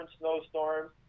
snowstorms